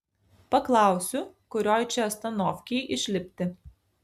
paklausiu kurioj čia astanovkėj išlipti